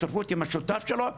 הצורפות עם השותף שלו,